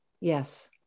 Yes